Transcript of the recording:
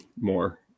more